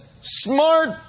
smart